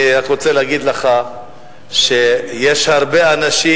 אני רק רוצה להגיד לך שיש הרבה אנשים